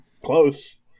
Close